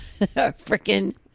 Frickin